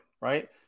right